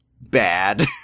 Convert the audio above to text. bad